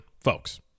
folks